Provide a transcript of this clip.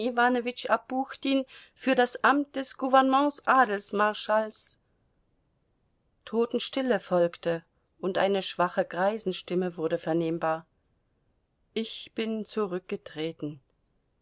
apuchtin für das amt des gouvernements adelsmarschalls totenstille folgte und eine schwache greisenstimme wurde vernehmbar ich bin zurückgetreten